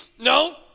No